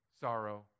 sorrow